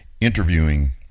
interviewing